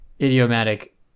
idiomatic